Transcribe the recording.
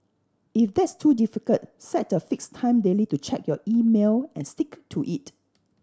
if that's too difficult set a fixed time daily to check your email and stick to it